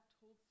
told